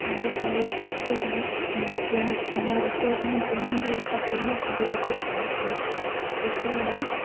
ଆଗକାଳ ଯେତେବେଳେ ମସଲା କିମ୍ବା ରୋଷେଇ ପାଇଁ ଯେଉଁ ବି ଉପକରଣ କରିବାକୁ ପଡ଼ୁଥିଲା ସେତେବେଳେ